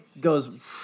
goes